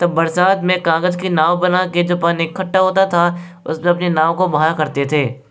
तब बरसात में कागज़ के नाव बना के जो पानी इकट्ठा होता था उस में अपनी नाव को बहाया करते थे